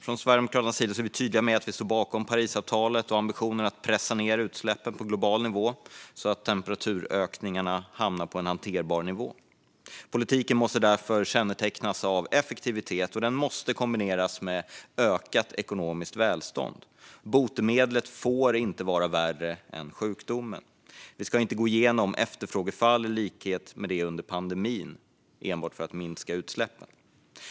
Från Sverigedemokraternas sida är vi tydliga med att vi står bakom Parisavtalet och ambitionen att pressa ned utsläppen på global nivå så att temperaturökningarna hamnar på en hanterbar nivå. Politiken måste därför kännetecknas av effektivitet, och den måste kombineras med ökat ekonomiskt välstånd. Botemedlet får inte vara värre än sjukdomen. Vi ska inte gå igenom efterfrågefall liknande det under pandemin enbart för att minska utsläppen.